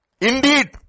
Indeed